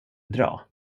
dra